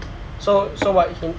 so so what you can